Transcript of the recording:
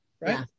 right